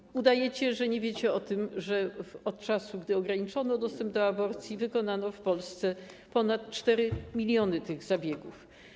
I udajecie, że nie wiecie o tym, że od czasu, gdy ograniczono dostęp do aborcji, wykonano w Polsce ponad 4 mln tych zabiegów.